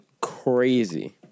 crazy